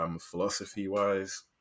philosophy-wise